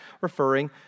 referring